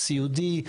סיעודי,